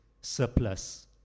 surplus